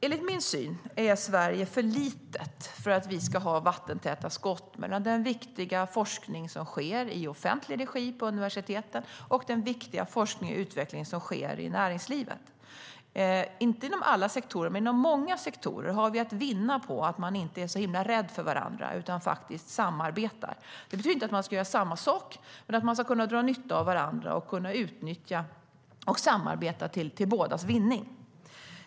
Enligt mitt sätt att se är Sverige för litet för att vi ska ha vattentäta skott mellan den viktiga forskning som sker i offentlig regi vid universiteten och den viktiga forskning och utveckling som sker i näringslivet. Inte inom alla men inom många sektorer har vi allt att vinna på att man inte är så rädd för varandra utan i stället samarbetar. Det betyder inte att man ska göra samma sak, utan man ska kunna dra nytta av varandra och kunna utnyttja och samarbeta för bådas vinning.